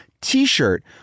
t-shirt